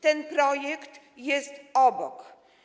Ten projekt jest obok.